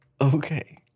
Okay